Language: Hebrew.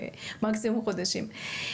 מקסימום כל כמה חודשים.